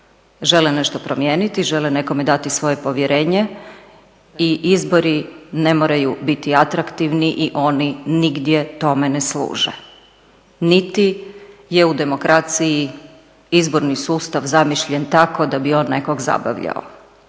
žele nešto promijeniti, žele nekome dati svoje povjerenje i izbori ne moraju biti atraktivni i oni nigdje tome ne služe niti je u demokraciji izborni sustav zamišljen tako da bi on nekog zabavljao.